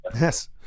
Yes